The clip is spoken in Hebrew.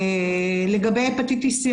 לגבי הפטיטיס C,